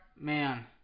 Man